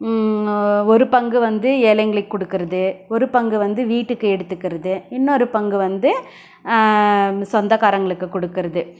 ஒரு பங்கு வந்து ஏழைங்களுக்கு கொடுக்குறது ஒரு பங்கு வந்து வீட்டுக்கு எடுத்துக்கிறது இன்னொரு பங்கு வந்து சொந்தக்காரங்களுக்கு கொடுக்கறது